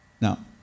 Now